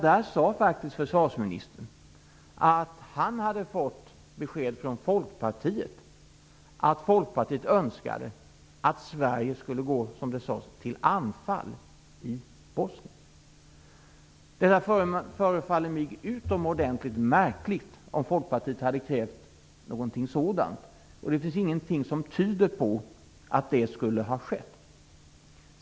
Där sade försvarsministern faktiskt att han hade fått besked från Folkpartiet att Folkpartiet önskade att Sverige skulle "gå till anfall" i Bosnien. Det förefaller mig utomordentligt märkligt att Folkpartiet hade krävt någonting sådant, och det finns ingenting som tyder på att det skulle ha skett.